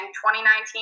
2019